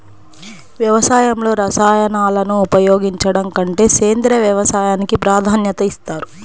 వ్యవసాయంలో రసాయనాలను ఉపయోగించడం కంటే సేంద్రియ వ్యవసాయానికి ప్రాధాన్యత ఇస్తారు